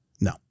No